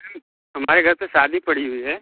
ma'am हमारे घर पे शादी पड़ी हुई है